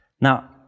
Now